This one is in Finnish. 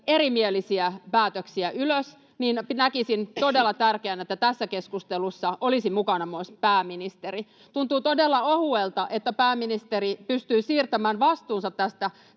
erimielisiä päätöksiä ylös, niin näkisin todella tärkeänä, että tässä keskustelussa olisi mukana myös pääministeri. Tuntuu todella ohuelta, että pääministeri pystyy siirtämään vastuunsa tästä